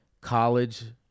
college